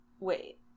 Wait